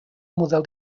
model